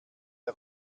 der